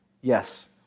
Yes